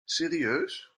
serieus